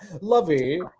Lovey